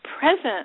present